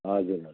हजुर हजुर